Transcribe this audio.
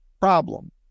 problem